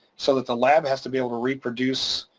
so that the lab has to be able to reproduce